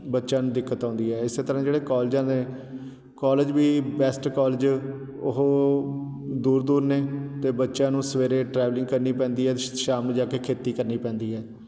ਬੱਚਿਆ ਨੂੰ ਦਿੱਕਤ ਆਉਂਦੀ ਹੈ ਇਸੇ ਤਰ੍ਹਾਂ ਜਿਹੜੇ ਕੋਲਜਾਂ ਦੇ ਕੋਲਜ ਵੀ ਬੈਸਟ ਕੋਲਜ ਉਹ ਦੂਰ ਦੂਰ ਨੇ ਅਤੇ ਬੱਚਿਆਂ ਨੂੰ ਸਵੇਰੇ ਟਰੈਵਲਿੰਗ ਕਰਨੀ ਪੈਂਦੀ ਹੈ ਸ਼ਾਮ ਨੂੰ ਜਾ ਕੇ ਖੇਤੀ ਕਰਨੀ ਪੈਂਦੀ ਹੈ